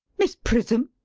miss prism!